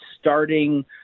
starting